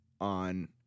on